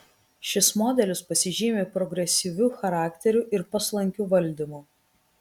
šis modelis pasižymi progresyviu charakteriu ir paslankiu valdymu